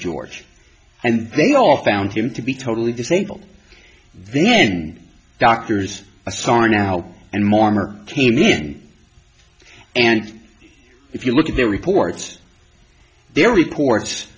george and they all found him to be totally disabled then doctors asar now and mormon came in and if you look at their reports their reports